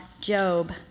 Job